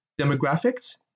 demographics